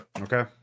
okay